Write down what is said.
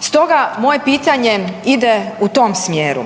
Stoga moje pitanje ide u tom smjeru.